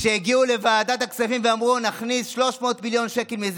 כשהגיעו לוועדת כספים ואמרו: נכניס 300 מיליון שקל מזה,